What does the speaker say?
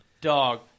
Dog